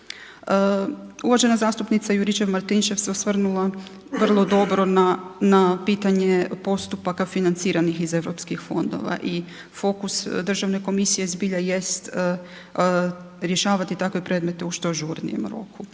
Uvažena zastupnica Juričev-Martinčev se osvrnula vrlo dobro na pitanje postupaka financiranih iz europskih fondova i fokus državne komisije zbilja jest rješavati takve predmete u što žurnijem roku.